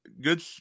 good